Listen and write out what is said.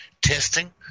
testing